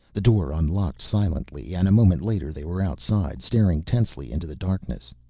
the door unlocked silently and a moment later they were outside, staring tensely into the darkness.